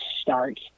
start